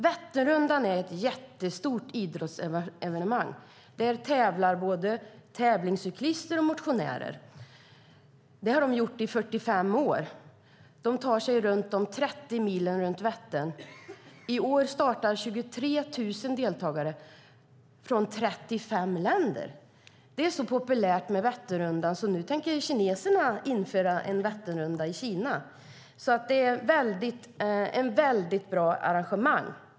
Vätternrundan är ett stort idrottsevenemang. Både tävlingscyklister och motionärer tar sig de 30 milen runt Vättern, och det har man gjort i 45 år. I år startar 23 000 deltagare från 35 länder. Vätternrundan är så populär att kineserna tänker införa en Vätternrunda i Kina. Det är alltså ett väldigt bra arrangemang.